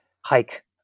hike